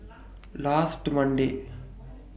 last Monday